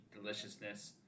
deliciousness